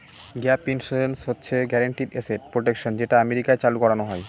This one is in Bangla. গ্যাপ ইন্সুরেন্স হচ্ছে গ্যারান্টিড এসেট প্রটেকশন যেটা আমেরিকায় চালু করানো হয়